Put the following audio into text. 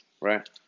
right